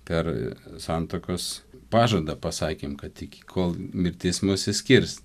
per santuokos pažadą pasakėm kad iki kol mirtis mus išskirs